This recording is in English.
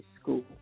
school